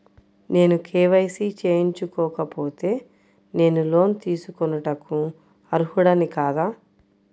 నేను కే.వై.సి చేయించుకోకపోతే నేను లోన్ తీసుకొనుటకు అర్హుడని కాదా?